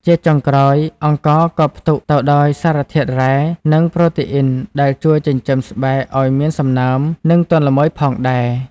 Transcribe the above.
ជាចុងក្រោយ អង្ករក៏ផ្ទុកទៅដោយសារធាតុរ៉ែ និងប្រូតេអ៊ីនដែលជួយចិញ្ចឹមស្បែកឱ្យមានសំណើម និងទន់ល្មើយផងដែរ។